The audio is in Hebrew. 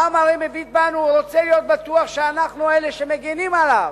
העם הרי מביט בנו ורוצה להיות בטוח שאנחנו אלה שמגינים עליו,